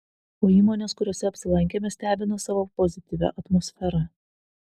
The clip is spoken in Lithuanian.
o įmonės kuriose apsilankėme stebina savo pozityvia atmosfera